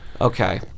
Okay